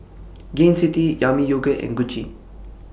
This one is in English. Gain City Yami Yogurt and Gucci